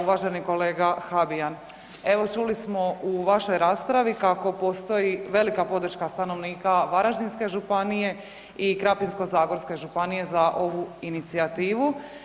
Uvaženi kolega Habijan, evo čuli smo u vašoj raspravi kako postoji velika podrška stanovnika Varaždinske županije i Krapinsko-zagorske županije za ovu inicijativu.